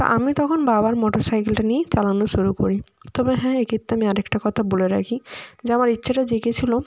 তো আমি তখন বাবার মোটর সাইকেলটা নিয়েই চালানো শুরু করি তবে হ্যাঁ এক্ষেত্রে আমি আর একটা কথা বলে রাখি যে আমার ইচ্ছেটা জেগেছিল